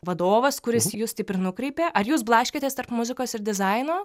vadovas kuris jus taip ir nukreipė ar jūs blaškėtės tarp muzikos ir dizaino